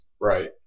Right